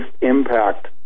impact